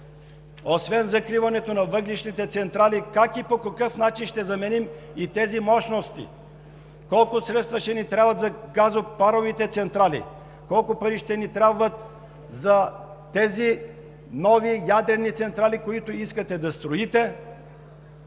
освен за закриването на въглищните централи, как и по какъв начин ще заменим и тези мощности, колко средства ще ни трябват за газопаровите централи, колко пари ще ни трябват за тези нови ядрени централи, които искате да строите